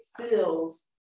feels